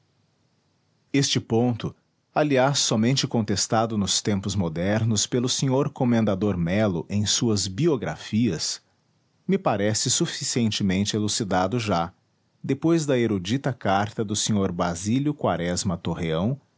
este ponto aliás somente contestado nos tempos modernos pelo sr comendador melo em suas biografias me parece suficientemente elucidado já depois da erudita carta do sr basílio quaresma torreão